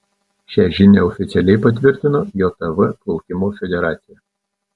šią žinią oficialiai patvirtino jav plaukimo federacija